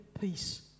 peace